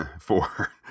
Four